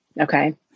Okay